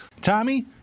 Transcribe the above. Tommy